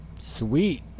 Sweet